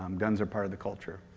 um guns are part of the culture,